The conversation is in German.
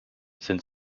sind